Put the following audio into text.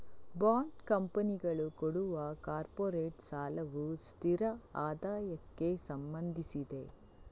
bond ಕಂಪನಿಗಳು ಕೊಡುವ corporate ಸಾಲವು ಸ್ಥಿರ ಆದಾಯಕ್ಕೆ ಸಂಬಂಧಿಸಿದೆ